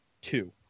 two